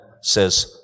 says